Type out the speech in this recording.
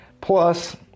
plus